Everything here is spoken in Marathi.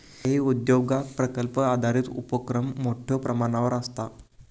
काही उद्योगांत प्रकल्प आधारित उपोक्रम मोठ्यो प्रमाणावर आसता